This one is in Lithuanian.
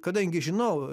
kadangi žinau